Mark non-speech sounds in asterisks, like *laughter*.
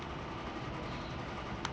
*breath*